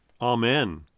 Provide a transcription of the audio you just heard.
Amen